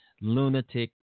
Lunatic